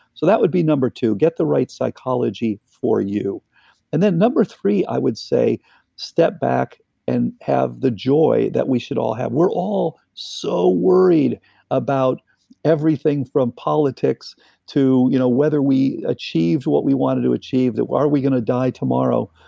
so that would be number two. get the right psychology for you and then number three i would say step back and have the joy that we should all have we're all so worried about everything from politics to you know whether we achieved what we wanted to achieve, that are we gonna die tomorrow?